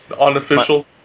Unofficial